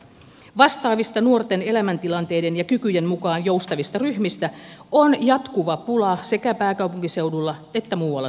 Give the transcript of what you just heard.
vastaavista nuorten elämäntilanteiden ja kykyjen mukaan joustavista ryhmistä on jatkuva pula sekä pääkaupunkiseudulla että muualla suomessa